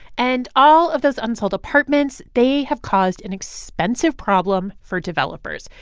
and all of those unsold apartments they have caused an expensive problem for developers.